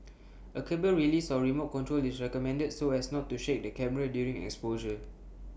A cable release or remote control is recommended so as not to shake the camera during exposure